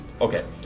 okay